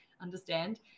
understand